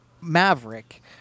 Maverick